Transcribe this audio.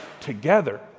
together